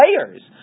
players